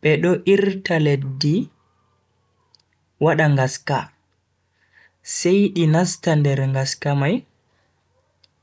Be do irta leddi wada ngasksa. Sai di nasta leddi mai